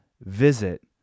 visit